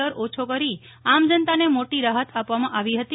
દર ઓછો કરી આમ જનતાને મોટી રાહત આપવામાં આવી હતી